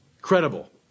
Credible